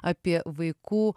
apie vaikų